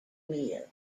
meal